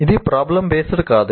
ఇది problem based కాదు